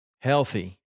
healthy